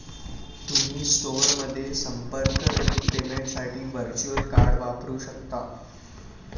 तुम्ही स्टोअरमध्ये संपर्करहित पेमेंटसाठी व्हर्च्युअल कार्ड वापरू शकता